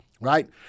right